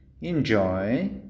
enjoy